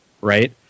right